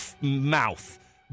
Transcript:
mouth